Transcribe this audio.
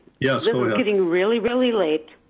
yeah so is getting really, really late.